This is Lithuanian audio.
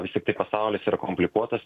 vis tiktai pasaulis yra komplikuotas